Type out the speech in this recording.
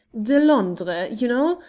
de londres, you know.